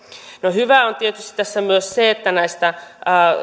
no hyvää on tietysti tässä myös se että